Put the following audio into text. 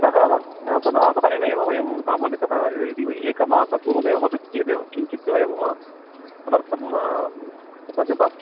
अतः तद् आधारेणे एव वयं सामान्यतः एकमासपूर्वमेव वदति चेदेव किञ्चित् वयं तदर्थं सज्जतां